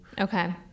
Okay